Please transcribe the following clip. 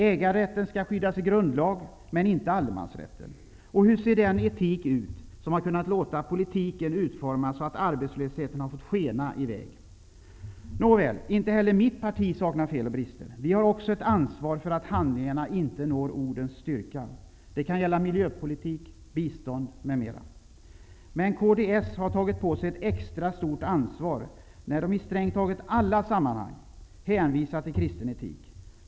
Äganderätten skall skyddas i grundlag, men inte allemansrätten. Och hur ser den etik ut, som har kunnat låta politiken utformas så att arbetslösheten har fått skena i väg? Nåväl, inte heller mitt parti saknar fel och brister. Vi har också ett ansvar för att handlingarna inte når ordens styrka. Det kan gälla miljöpolitik, bistånd m.m. Kds har emellertid tagit på sig ett extra stort ansvar, eftersom man i strängt taget alla sammanhang hänvisar till kristen etik.